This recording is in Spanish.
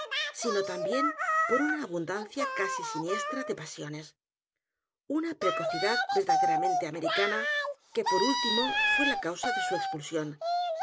sino también por una abundancia casi siniestra de pasiones una precocidad verdaderamente americana que por último fué la causa de su expulsión